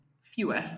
fewer